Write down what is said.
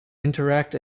interact